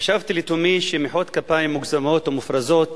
חשבתי לתומי שמחיאות כפיים מוגזמות ומופרזות